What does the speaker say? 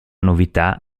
novità